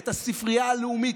את הספרייה הלאומית,